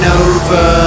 over